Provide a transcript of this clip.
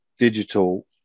Digital